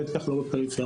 בטח לא בפריפריה,